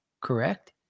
correct